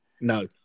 no